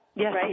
Yes